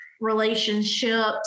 relationships